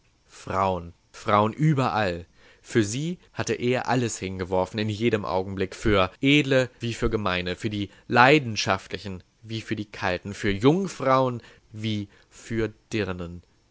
frauen frauen überall für sie hatte er alles hingeworfen in jedem augenblick für edle wie für gemeine für die leidenschaftlichen wie für die kalten für jungfrauen wie für dirnen